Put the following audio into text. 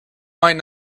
might